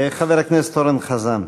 חבר הכנסת אורן חזן.